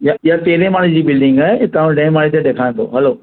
इहा इहा तेरहं माले जी बिल्डिंग आहे तव्हांखे ॾह माले ते ॾेखारियो थो हलो